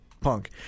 Punk